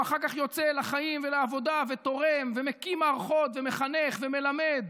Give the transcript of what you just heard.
הוא אחר כך יוצא לחיים ולעבודה ותורם ומקים מערכות ומחנך ומלמד,